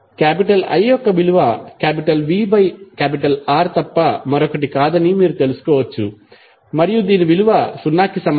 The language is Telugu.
I యొక్క విలువ vR తప్ప మరొకటి కాదని మీరు తెలుసుకోవచ్చు మరియు దీని విలువ సున్నాకి సమానం